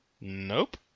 Nope